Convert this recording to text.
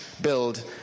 build